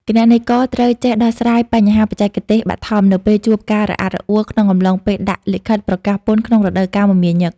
គណនេយ្យករត្រូវចេះដោះស្រាយបញ្ហាបច្ចេកទេសបឋម នៅពេលជួបការរអាក់រអួលក្នុងកំឡុងពេលដាក់លិខិតប្រកាសពន្ធក្នុងរដូវកាលមមាញឹក។